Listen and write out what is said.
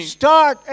start